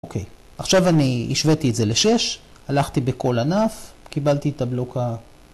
אוקיי, עכשיו אני השוויתי את זה ל-6, הלכתי בכל ענף, קיבלתי את הבלוק ה